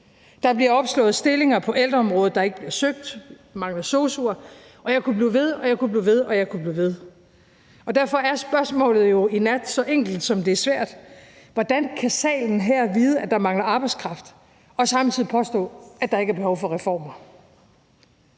Der bliver opslået stillinger på ældreområdet, der ikke bliver søgt. Vi mangler sosu'er. Og jeg kunne blive ved, og jeg kunne blive ved. Derfor er spørgsmålet i nat så enkelt, som det er svært: Hvordan kan salen her vide, at der mangler arbejdskraft, og samtidig påstå, at der ikke er behov for reformer?